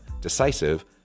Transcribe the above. decisive